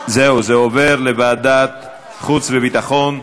זה עובר לוועדת חוץ וביטחון.